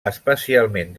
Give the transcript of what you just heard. especialment